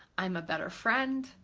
i'm a better friend,